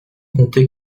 compter